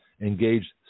Engaged